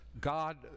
God